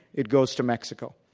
it goes to mexico.